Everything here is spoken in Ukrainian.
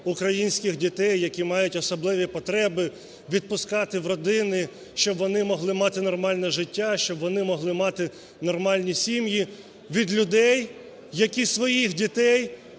українських дітей, які мають особливі потреби відпускати в родини, щоб вони могли мати нормальне життя, щоб вони могли мати нормальні сім'ї. Від людей, які своїх дітей